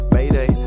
Mayday